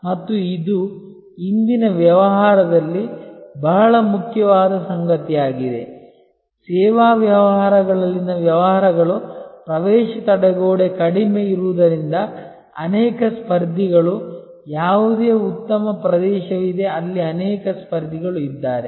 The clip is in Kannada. ಮತ್ತು ಇದು ಇಂದಿನ ವ್ಯವಹಾರದಲ್ಲಿ ಬಹಳ ಮುಖ್ಯವಾದ ಸಂಗತಿಯಾಗಿದೆ ಸೇವಾ ವ್ಯವಹಾರಗಳಲ್ಲಿನ ವ್ಯವಹಾರಗಳು ಪ್ರವೇಶ ತಡೆಗೋಡೆ ಕಡಿಮೆ ಇರುವುದರಿಂದ ಅನೇಕ ಸ್ಪರ್ಧಿಗಳು ಯಾವುದೇ ಉತ್ತಮ ಪ್ರದೇಶವಿದೆ ಅಲ್ಲಿ ಅನೇಕ ಸ್ಪರ್ಧಿಗಳು ಇದ್ದಾರೆ